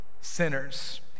sinners